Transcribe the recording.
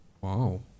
Wow